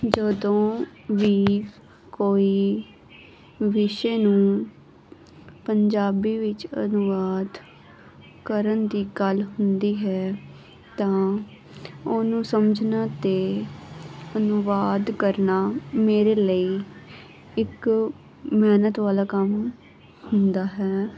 ਜਦੋਂ ਵੀ ਕੋਈ ਵਿਸ਼ੇ ਨੂੰ ਪੰਜਾਬੀ ਵਿੱਚ ਅਨੁਵਾਦ ਕਰਨ ਦੀ ਗੱਲ ਹੁੰਦੀ ਹੈ ਤਾਂ ਉਹਨੂੰ ਸਮਝਣਾ ਅਤੇ ਅਨੁਵਾਦ ਕਰਨਾ ਮੇਰੇ ਲਈ ਇੱਕ ਮਿਹਨਤ ਵਾਲਾ ਕੰਮ ਹੁੰਦਾ ਹੈ